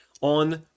on